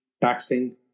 taxing